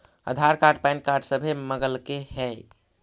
आधार card PAN card सभे मगलके हे?